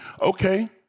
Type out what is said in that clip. okay